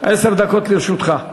עשר דקות לרשותך.